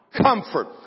comfort